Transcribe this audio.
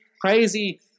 crazy